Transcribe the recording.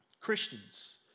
Christians